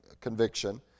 conviction